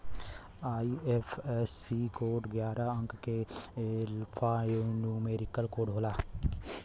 IFSC code ग्यारह अंक क एल्फान्यूमेरिक कोड होला